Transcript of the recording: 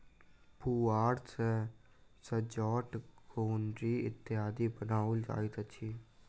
पुआर सॅ सजौट, गोनरि इत्यादि बनाओल जाइत अछि